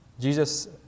Jesus